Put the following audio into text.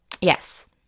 Yes